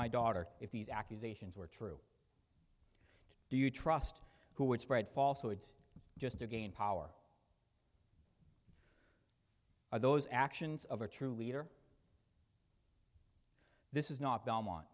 my daughter if these accusations were true do you trust who would spread false woods just to gain power are those actions of a true leader this is not belmont